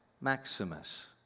Maximus